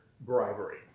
bribery